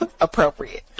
appropriate